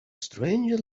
stranger